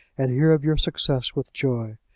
and hear of your success with joy.